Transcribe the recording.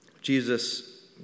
Jesus